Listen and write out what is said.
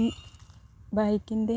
ഈ ബൈക്കിൻ്റെ